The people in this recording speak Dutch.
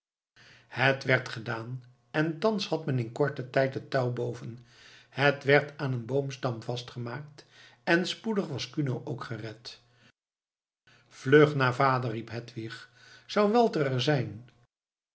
het werd gedaan en thans had men in korten tijd het touw boven het werd aan een boomstam vastgemaakt en spoedig was kuno ook gered vlug naar vader riep hedwig zou walter er zijn